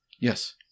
yes